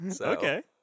Okay